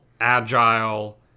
agile